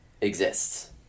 exists